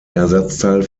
ersatzteil